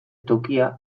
tokia